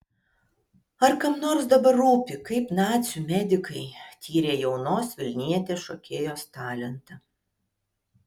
ar kam nors dabar rūpi kaip nacių medikai tyrė jaunos vilnietės šokėjos talentą